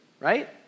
right